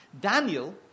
Daniel